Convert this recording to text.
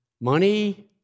money